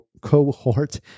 cohort